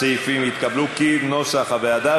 הסעיפים התקבלו כנוסח הוועדה.